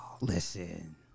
Listen